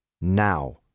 now